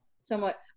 somewhat